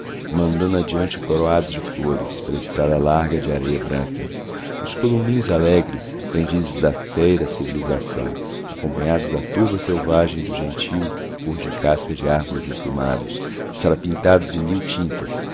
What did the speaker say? mandando adiante coroados de flores pela estrada larga de areia branca os columins alegres aprendizes da fé e da civilização acompanhados da turba selvagem do gentio cor de casca de árvores emplumados sarapintados de mil tintas